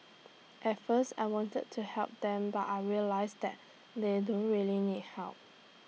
at first I wanted to help them but I realised that they don't really need help